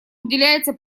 уделяется